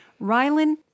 Rylan